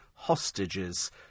hostages